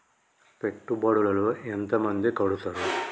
పెట్టుబడుల లో ఎంత మంది కడుతరు?